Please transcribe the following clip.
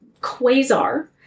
quasar